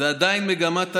זו עדיין מגמת עלייה,